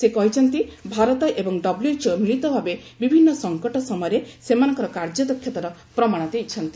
ସେ କହିଛନ୍ତି ଭାରତ ଏବଂ ଡବ୍ଲ୍ୟଏଚ୍ଓ ମିଳିତ ଭାବେ ବିଭିନ୍ନ ସଙ୍କଟ ସମୟରେ ସେମାନଙ୍କର କାର୍ଯ୍ୟଦକ୍ଷତାର ପ୍ରମାଣ ଦେଇଛନ୍ତି